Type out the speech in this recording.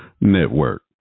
network